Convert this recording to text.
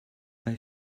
bei